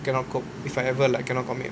cannot cope if I ever like cannot commit